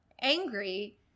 angry